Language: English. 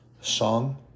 song